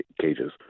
cages